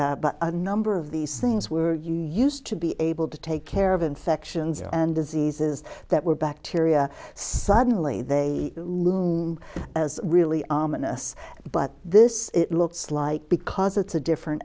s a number of these things where you used to be able to take care of infections and diseases that were bacteria suddenly they lose as really ominous but this it looks like because it's a different